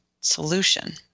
solution